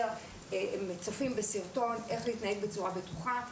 לצפות בסרטון איך להתנהג בצורה בטוחה.